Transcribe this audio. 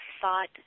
thought